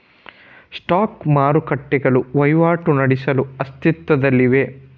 spot ಮಾರುಕಟ್ಟೆಗಳು ವಹಿವಾಟು ನಡೆಸಲು ಅಸ್ತಿತ್ವದಲ್ಲಿವೆ